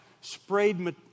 sprayed